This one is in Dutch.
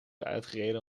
uitgereden